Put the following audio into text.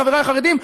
חברי החרדים,